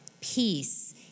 peace